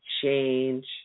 change